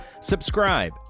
Subscribe